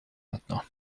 maintenant